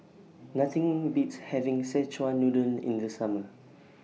Nothing Beats having Szechuan Noodle in The Summer